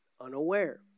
unaware